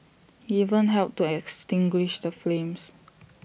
even helped to extinguish the flames